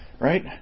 right